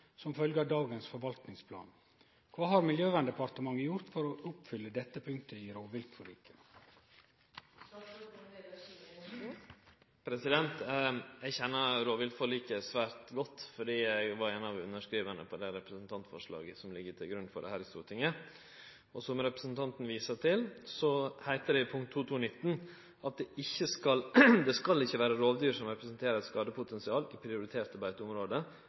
som følgje av dagens forvaltningsplan. Kva har Miljøverndepartementet gjort for å oppfylle dette punktet i rovviltforliket?» Eg kjenner rovviltforliket svært godt, fordi eg var ein av dei som underskreiv det representantforslaget som ligg til grunn for det her i Stortinget. Som representanten viser til, heiter det i rovviltforliket av 2011 punkt 2.2.19: «Det skal ikke være rovdyr som representerer et skadepotensial i